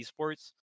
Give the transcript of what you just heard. esports